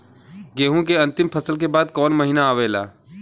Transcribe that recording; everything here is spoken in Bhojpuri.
गेहूँ के अंतिम फसल के बाद कवन महीना आवेला?